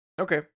Okay